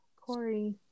Corey